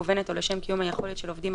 תקנות סמכויות מיוחדות להתמודדות עם נגיף